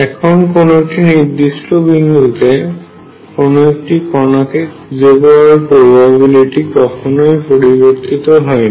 এখন কোন একটি নির্দিষ্ট বিন্দুতে কোনো একটি কণাকে খুঁজে পাওয়ার প্রবাবিলিটি কখনোই পরিবর্তিত হয় না